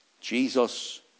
Jesus